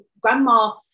grandma